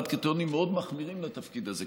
בעד קריטריונים מאוד מחמירים לתפקיד הזה,